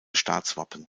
staatswappen